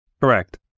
Correct